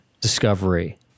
discovery